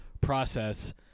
process